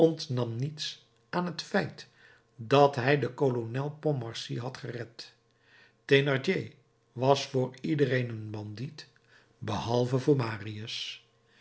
ontnam niets aan het feit dat hij den kolonel pontmercy had gered thénardier was voor iedereen een bandiet behalve voor marius